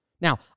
Now